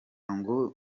ngo